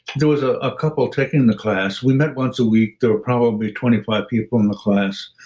there was ah a couple taking the class. we met once a week. there were probably twenty five people in the class,